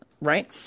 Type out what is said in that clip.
Right